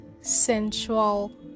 sensual